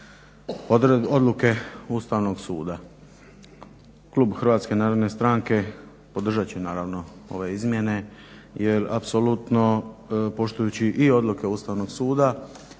odluke Ustavnog suda. Klub HNS-a podržat će naravno ove izmjene jer apsolutno poštujući i odluke Ustavnog suda,